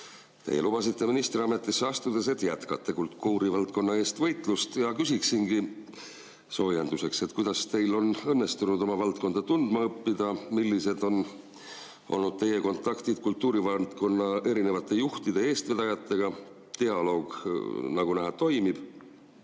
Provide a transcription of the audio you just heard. Teie lubasite ministriametisse astudes, et jätkate võitlust kultuurivaldkonna eest. Küsingi soojenduseks, kuidas teil on õnnestunud oma valdkonda tundma õppida. Millised on olnud teie kontaktid kultuurivaldkonna juhtide ja eestvedajatega? Dialoog, nagu näha, toimib.